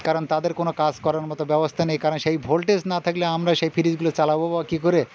কারণ তাদের কোনো কাজ করার মতো ব্যবস্থা নেই কারণ সেই ভোল্টেজ না থাকলে আমরা সেই ফ্রিজগুলো চালাব বা কী করে